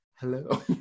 hello